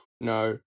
No